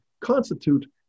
constitute